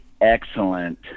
excellent